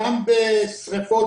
גם בשריפות,